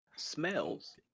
smells